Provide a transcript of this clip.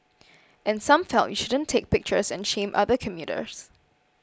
and some felt you shouldn't take pictures and shame other commuters